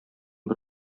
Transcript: бер